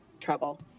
trouble